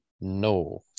No